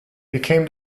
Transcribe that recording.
became